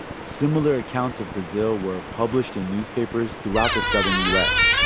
similar accounts of brazil were published in newspapers throughout the southern u s,